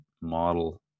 model